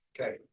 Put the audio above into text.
Okay